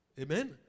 Amen